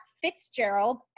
Fitzgerald